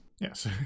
Yes